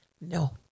No